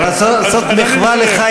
אינני מסרב.